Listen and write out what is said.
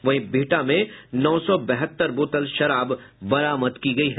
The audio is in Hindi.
वहीं बिहटा में नौ सौ बहत्तर बोतल शराब बरामद की गयी है